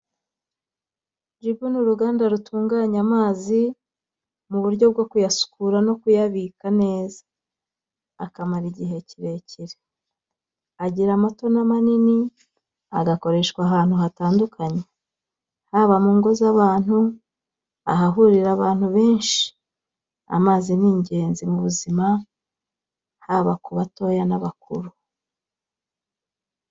Jibu ni uruganda rutunganya amazi mu buryo bwo kuyasukura no kuyabika neza akamara igihe kirekire, agira amato n'amanini agakoreshwa ahantu hatandukanye haba mu ngo z'abantu, ahahurira abantu benshi, amazi ni ingenzi mu buzima, haba ku batoya n'abakuru.